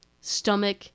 stomach